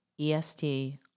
EST